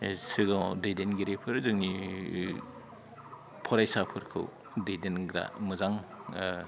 सिगाङाव दैदेनगिरिफोर जोंनि फरायसाफोरखौ दैदेनग्रा मोजां